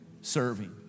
serving